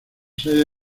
sede